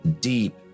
deep